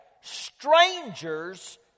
strangers